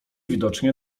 widocznie